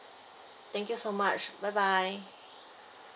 thank you so much bye bye